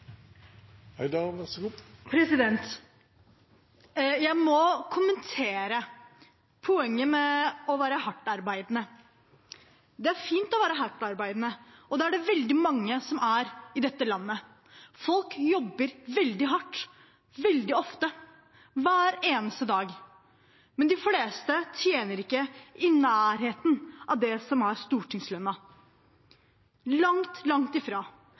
fint å være hardtarbeidende, og det er det veldig mange som er i dette landet. Folk jobber veldig hardt veldig ofte, hver eneste dag, men de fleste tjener ikke i nærheten av det som er stortingslønnen – langt ifra.